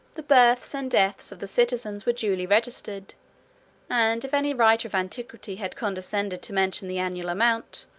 the births and deaths of the citizens were duly registered and if any writer of antiquity had condescended to mention the annual amount,